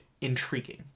intriguing